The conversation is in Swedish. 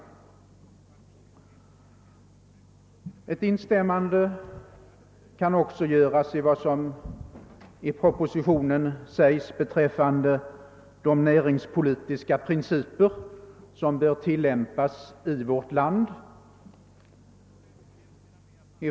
Ett instämmande kan också göras i vad som i propositionen uttalas beträffande de näringspolitiska principer som bör tillämpas i vårt land.